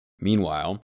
Meanwhile